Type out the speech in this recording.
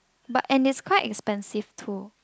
but and is quite expensive too